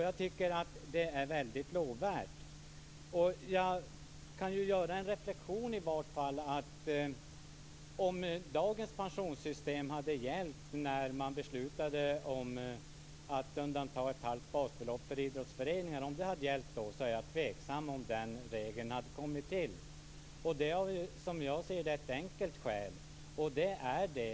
Jag tycker att det är mycket lovvärt. Låt mig göra en reflexion. Om dagens pensionssystem hade gällt när man beslutade om att undanta ett halvt basbelopp för idrottsföreningar, är jag tveksam om den regeln hade kommit till. Det finns ett enkelt skäl till det, som jag ser det.